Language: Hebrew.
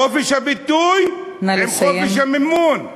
חופש הביטוי עם חופש המימון.